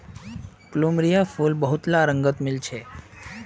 plumeria फूल बहुतला रंगत मिल छेक